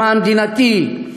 למען מדינתי,